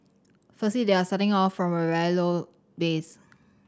firstly they are starting off from a very low base